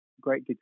great